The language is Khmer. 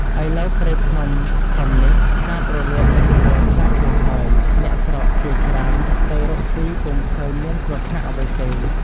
ឥឡូវព្រៃភ្នំធំនេះ សាបរលាបឥទ្ធិពលខ្លះៗហើយ អ្នកស្រុកជាច្រើនទៅរកស៊ីពំុឃើញមានគ្រោះថ្នាក់អ្វីទេ។